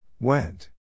went